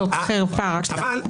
זאת חרפה, רק שתדע.